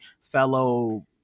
fellow